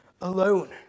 alone